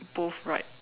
both right